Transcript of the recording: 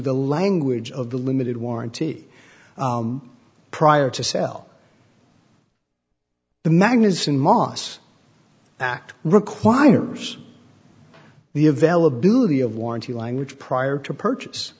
the language of the limited warranty prior to sell the magnuson moss act requires the availability of warranty language prior to purchase